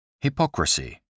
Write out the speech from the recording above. Hypocrisy